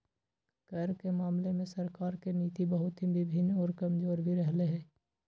कर के मामले में सरकार के नीति बहुत ही भिन्न और कमजोर भी रहले है